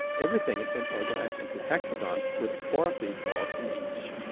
everything is then organized into hexagons with four of these walls in each.